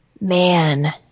man